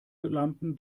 lampen